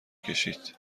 کشید